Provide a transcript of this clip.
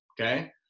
Okay